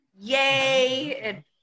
yay